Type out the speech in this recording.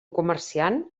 comerciant